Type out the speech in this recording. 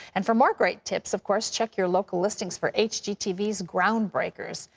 and, for more great tips, of course, check your local listings for hgtv's ground breakers.